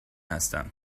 هستم